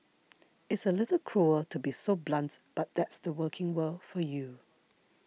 it's a little cruel to be so blunt but that's the working world for you